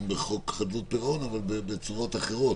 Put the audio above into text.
בחוק חדלות פירעון אבל בצורות אחרות,